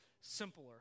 simpler